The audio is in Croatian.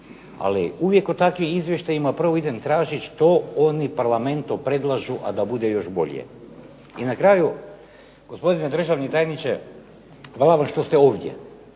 ali uvijek u takvim izvještajima prvo idem tražiti što oni Parlamentu predlažu a da bude još bolje. I na kraju, gospodine državni tajniče, hvala vam što ste ovdje,